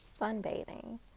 sunbathing